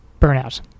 Burnout